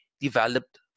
developed